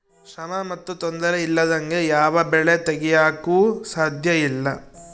ಶ್ರಮ ಮತ್ತು ತೊಂದರೆ ಇಲ್ಲದಂಗೆ ಯಾವ ಬೆಳೆ ತೆಗೆಯಾಕೂ ಸಾಧ್ಯಇಲ್ಲ